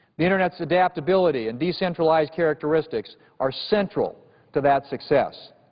the internet's adaptability and decentralized characteristics are central to that success.